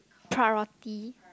priority